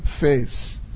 face